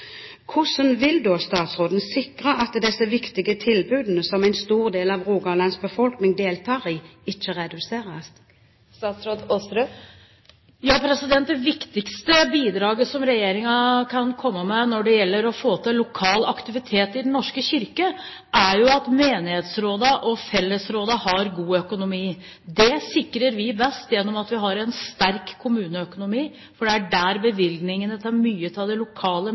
Hvordan vil statsråden sikre at disse viktige tilbudene, som en stor del av Rogalands befolkning deltar i, ikke reduseres? Det viktigste bidraget regjeringen kan gi når det gjelder å få til lokal aktivitet i Den norske kirke, er at menighetsrådene og fellesrådene har god økonomi. Det sikrer vi best ved at vi har en sterk kommuneøkonomi, for det er ut fra den bevilgningene til mye av det lokale